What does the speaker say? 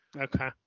okay